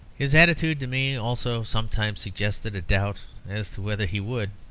his attitude to me also sometimes suggested a doubt as to whether he would,